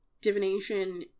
divination